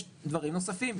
יש דברים נוספים,